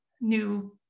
new